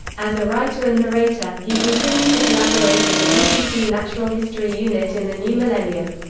as a writer and narrator, he continued to collaborate with the bbc natural history unit in the new millennium.